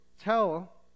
tell